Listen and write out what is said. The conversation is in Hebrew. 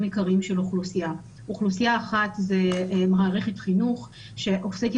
עיקריים של אוכלוסייה: אוכלוסייה אחת היא מערכת חינוך שעוסקת